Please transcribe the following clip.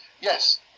Yes